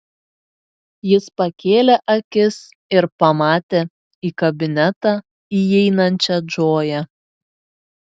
jis pakėlė akis ir pamatė į kabinetą įeinančią džoją